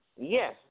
Yes